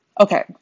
Okay